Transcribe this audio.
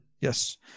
Yes